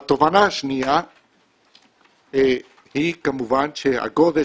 התובנה השנייה היא כמובן שהגודש,